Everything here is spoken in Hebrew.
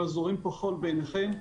זורים פה חול בעיניכם.